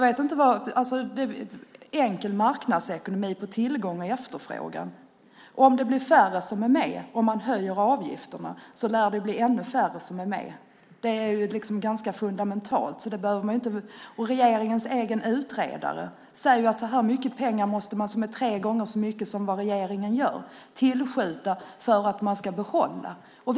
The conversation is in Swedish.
Det är enkel marknadsekonomi, det vill säga tillgång och efterfrågan. Om avgifterna höjs lär ännu färre bli medlemmar. Det är fundamentalt. Regeringens egen utredare säger att det måste skjutas till tre gånger så mycket pengar som vad regeringen gör för att behålla dem.